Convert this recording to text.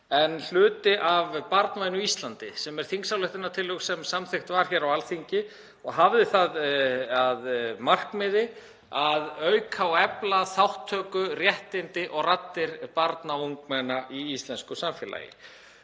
en hluti af Barnvænu Íslandi, sem er þingsályktunartillaga sem samþykkt var hér á Alþingi og hafði það að markmiði að auka og efla þátttöku, réttindi og raddir barna og ungmenna í íslensku samfélagi.